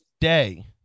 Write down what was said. day